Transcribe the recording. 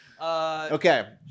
Okay